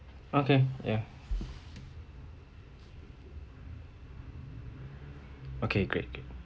okay ya okay great